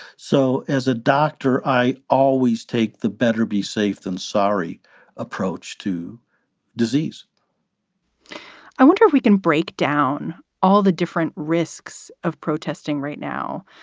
so as a doctor, i always take the better be safe than sorry approach to disease i wonder if we can break down all the different risks of protesting right now.